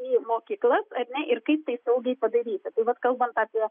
į mokyklas ar ne ir kaip tai saugiai padaryti tai vat kalbant apie